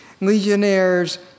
legionnaires